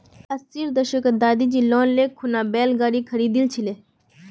अस्सीर दशकत दादीजी लोन ले खूना बैल गाड़ी खरीदिल छिले